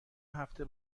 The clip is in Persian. هفته